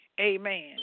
Amen